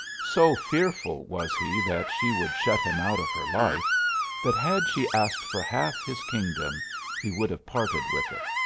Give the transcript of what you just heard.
so fearful was he that she would shut him out of her life that had she asked for half his kingdom he would have parted with it.